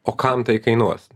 o kam tai kainuos